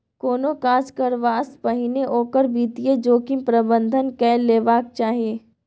कोनो काज करबासँ पहिने ओकर वित्तीय जोखिम प्रबंधन कए लेबाक चाही